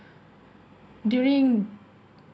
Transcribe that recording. during